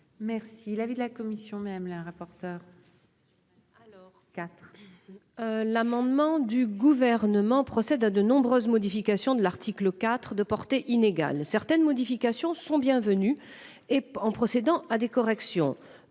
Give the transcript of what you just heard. Merci la avis de la commission, même la rapporteur. Alors 4. L'amendement du gouvernement procède à de nombreuses modifications de l'article IV de portée inégale certaines modifications sont bienvenues et en procédant à des corrections.